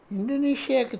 Indonesia